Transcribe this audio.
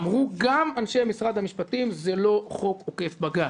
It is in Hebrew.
אמרו גם אנשי משרד המשפטים: זה לא חוק עוקף בג"ץ.